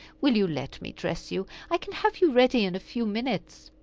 will you let me dress you? i can have you ready in a few minutes.